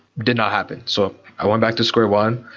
did not happen. so i went back to square one,